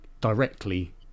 directly